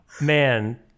Man